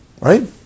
Right